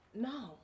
no